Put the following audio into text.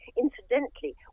Incidentally